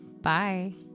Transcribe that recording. Bye